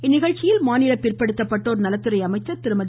இந்நிகழ்ச்சியில் பிற்படுத்தப்பட்டோர் நலத்துறை அமைச்சர் திருமதி